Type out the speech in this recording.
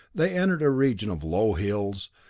they entered a region of low hills,